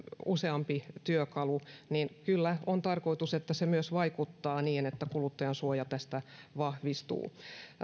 useampi työkalu niin kyllä on tarkoitus että se myös vaikuttaa niin että kuluttajansuoja tästä vahvistuu